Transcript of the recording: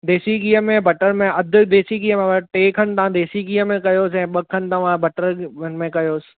देसी घीअ में बटर में अधु देसी घीअ में टे खनि तव्हां देसी घीअ में कयोसि ऐ ॿ खनि तव्हां बटर में कयोसि